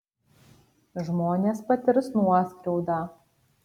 žmonės patirs nuoskriaudą